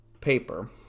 paper